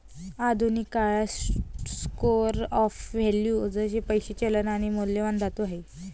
आधुनिक काळात store of value जसे पैसा, चलन आणि मौल्यवान धातू आहे